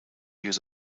use